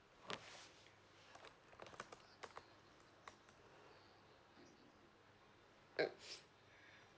mm